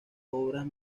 obras